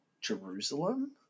Jerusalem